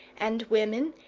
and women,